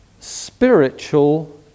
spiritual